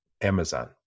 amazon